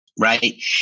right